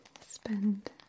spend